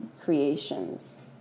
creations